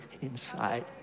inside